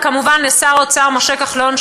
וכמובן לשר האוצר משה כחלון,